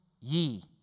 ye